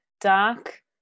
dark